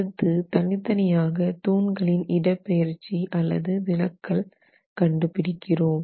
அடுத்து தனித்தனி ஆக தூண்களின் இடப்பெயர்ச்சி அல்லது விலக்கல் கண்டுபிடிக்கிறோம்